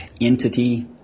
entity